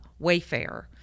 Wayfair